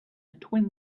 twin